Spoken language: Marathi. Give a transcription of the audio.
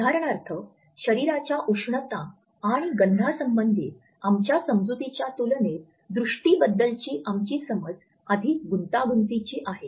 उदाहरणार्थ शरीराच्या उष्णता आणि गंधासंबंधित आमच्या समजुतीच्या तुलनेत दृष्टीबद्दलची आपली समज अधिक गुंतागुंतीची आहे